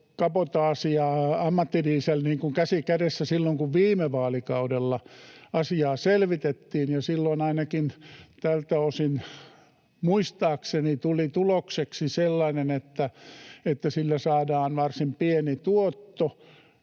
ja ammattidiesel käsi kädessä silloin, kun viime vaalikaudella asiaa selvitettiin. Silloin ainakin tältä osin, muistaakseni, tuli tulokseksi sellainen, että sillä saadaan varsin pieni tuotto,